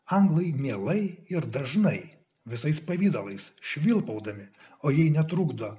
anglai mielai ir dažnai visais pavidalais švilpaudami o jai netrukdo